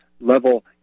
level